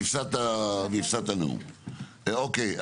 אוקיי,